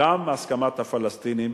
גם בהסכמת הפלסטינים,